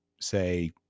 say